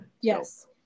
yes